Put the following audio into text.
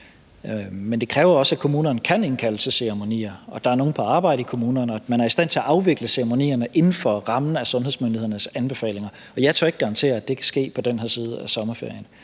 det kræver også, at kommunerne kan indkalde til ceremonier, og at der er nogen på arbejde i kommunerne, og at man er i stand til at afvikle ceremonierne inden for rammen af sundhedsmyndighedernes anbefalinger. Jeg tør ikke garantere, at det kan ske på den her side af sommerferien.